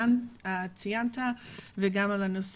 על החיסונים.